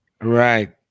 Right